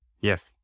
Yes